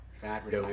fat